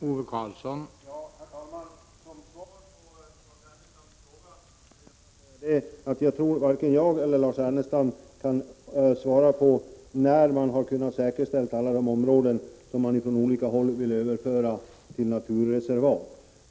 Herr talman! Som svar på Lars Ernestams fråga vill jag säga att varken Lars Ernestam eller jag kan svara på när man kan säkerställa alla de områden som man från olika håll vill överföra till naturreservat.